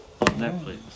Netflix